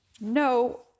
No